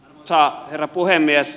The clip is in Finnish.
arvoisa herra puhemies